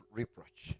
reproach